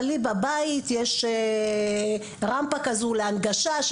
אבל לי בבית יש רמפה כזו להנגשה,